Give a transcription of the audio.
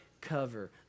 cover